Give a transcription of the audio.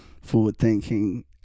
forward-thinking